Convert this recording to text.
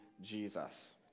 Jesus